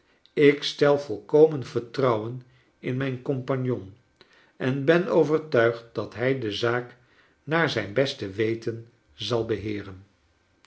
ik stel volkomen vertrouwen in mijn compagnon en ben overtuigd dat hij de zaak naar zijn beste weten zal beheeren